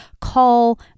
call